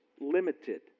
limited